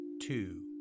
two